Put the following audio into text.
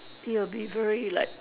it will be very like